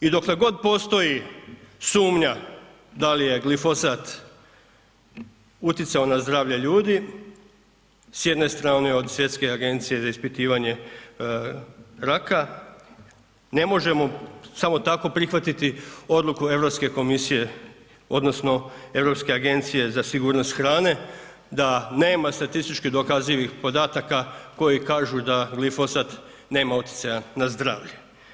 I dokle god postoji sumnja da li je glifosat utjecao na zdravlje ljudi, s jedne strane od Svjetske agencije za ispitivanje raka ne možemo samo tako prihvatiti odluku Europske komisije odnosno Europske agencije za sigurnost hrane da nema statistički dokazivih podataka koji kažu da glifosat nema utjecaja na zdravlje.